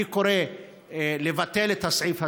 אני קורא לבטל את הסעיף הזה,